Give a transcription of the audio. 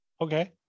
okay